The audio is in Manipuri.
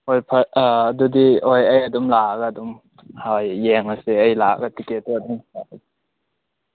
ꯍꯣꯏ ꯑꯗꯨꯗꯤ ꯍꯣꯏ ꯑꯩ ꯑꯗꯨꯝ ꯂꯥꯛꯑꯒ ꯑꯗꯨꯝ ꯍꯣꯏ ꯌꯦꯡꯉꯁꯦ ꯑꯩ ꯂꯥꯛꯑꯒ ꯇꯤꯛꯀꯦꯠꯇꯣ ꯑꯗꯨꯝ